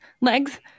legs